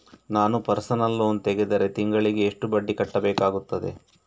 ನಾನು personal loan ತೆಗೆದರೆ ತಿಂಗಳಿಗೆ ಎಷ್ಟು ಬಡ್ಡಿ ಕಟ್ಟಬೇಕಾಗುತ್ತದೆ?